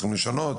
צריכים לשנות,